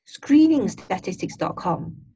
screeningstatistics.com